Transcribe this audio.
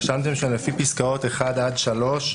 רשמתם שלפי פסקאות (1) עד (3)